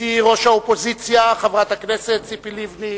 גברתי ראש האופוזיציה חברת הכנסת ציפי לבני,